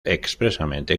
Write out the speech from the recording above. expresamente